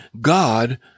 God